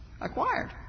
acquired